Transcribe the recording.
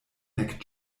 nek